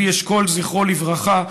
לוי אשכול זכרו לברכה,